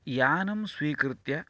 यानं स्वीकृत्य